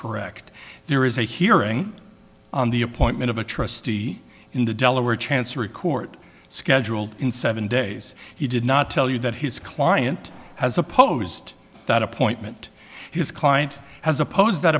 correct there is a hearing on the appointment of a trustee in the delaware chancery court scheduled in seven days he did not tell you that his client has opposed that appointment his client has opposed that